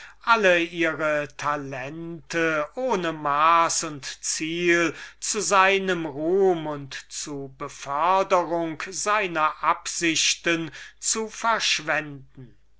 alle ihre talente ohne maß und ziel zu seinem ruhm und zu beförderung seiner absichten zu verschwenden